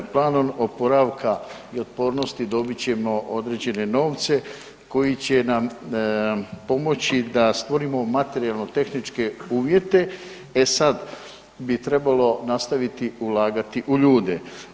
Planom oporavka i otpornosti dobit ćemo određene novce koji će nam pomoći da stvorimo materijalno-tehničke uvjete, e sad bi trebalo nastaviti ulagati u ljude.